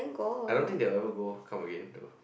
I don't think they will ever go come again though